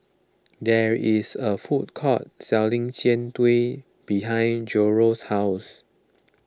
there is a food court selling Jian Dui behind Jairo's house